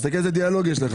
תסתכל איזה דיאלוג יש לך.